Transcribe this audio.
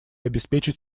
обеспечить